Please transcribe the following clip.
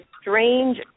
strange